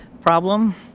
problem